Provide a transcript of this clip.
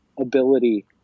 ability